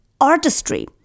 artistry